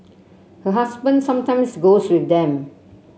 her husband sometimes goes with them